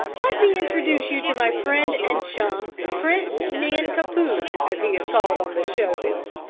let me introduce you to my friend and chum, prince nan-ka-poo, as he is called on the show bill.